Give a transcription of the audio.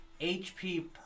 HP